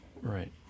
right